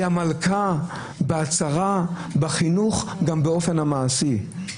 היא המלכה בחינוך ובאופן המעשי.